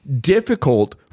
difficult